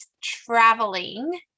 traveling